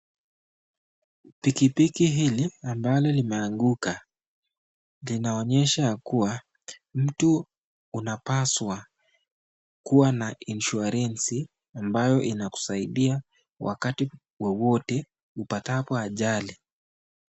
Pikipiki hili ambalo limeanguka . Linaonyesha ya kuwa mtu unapaswa kuwa na insuarensi ambayo inakusaidia wakati wowote upatapo ajali.